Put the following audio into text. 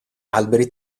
alberi